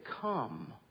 come